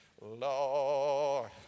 Lord